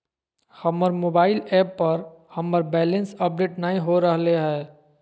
हमर mobile app पर हमर बैलेंस अपडेट नय हो रहलय हें